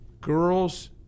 girls